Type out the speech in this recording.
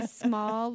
small